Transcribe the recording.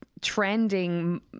trending